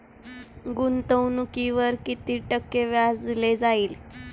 गुंतवणुकीवर किती टक्के व्याज दिले जाईल?